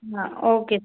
हाँ okay sir